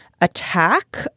attack